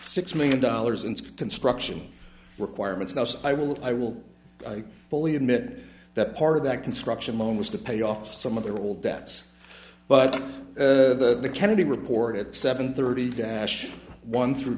six million dollars in construction requirements now so i will i will i fully admit that part of that construction loan was to pay off some of the old debts but the kennedy report at seven thirty dash one through